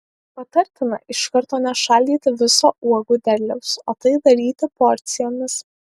patartina iš karto nešaldyti viso uogų derliaus o tai daryti porcijomis